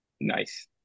Nice